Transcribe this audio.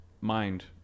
mind